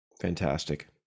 fantastic